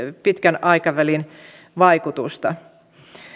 pitkän aikavälin vaikutusta